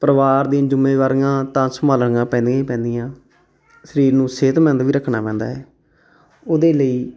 ਪਰਿਵਾਰ ਦੀ ਜ਼ਿੰਮੇਵਾਰੀਆਂ ਤਾਂ ਸੰਭਾਲਣੀਆਂ ਪੈਂਦੀਆਂ ਹੀ ਪੈਂਦੀਆਂ ਸਰੀਰ ਨੂੰ ਸਿਹਤਮੰਦ ਵੀ ਰੱਖਣਾ ਪੈਂਦਾ ਹੈ ਉਹਦੇ ਲਈ